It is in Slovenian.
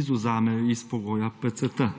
izvzamejo iz pogoja PCT.